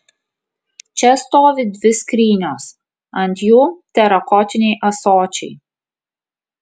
čia stovi dvi skrynios ant jų terakotiniai ąsočiai